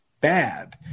bad